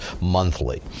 monthly